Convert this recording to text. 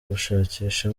gushakisha